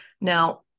Now